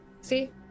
See